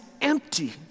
empty